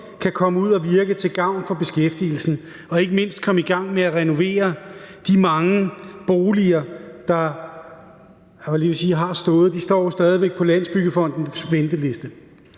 kan komme ud at virke til gavn for beskæftigelsen, og ikke mindst, at vi kan komme i gang med at renovere de mange boliger, der står på Landsbyggefondens venteliste.